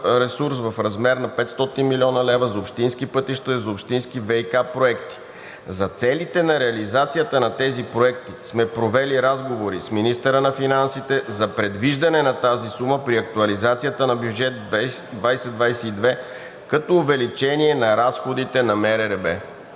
в размер на 500 млн. лв. за общински пътища и за общински ВиК проекти. За целите на реализацията на тези проекти сме провели разговори с министъра на финансите за предвиждане на тази сума при актуализацията на бюджет 2022 г. като увеличение на разходите на МРРБ.“